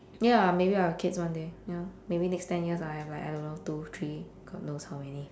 ya maybe I'll have kids one day ya maybe next ten years lah I'll have like around two three god knows how many